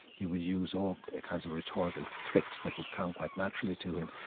he would use all kinds of rhetorical tricks that would come quite naturally to him.